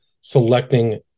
selecting